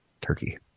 turkey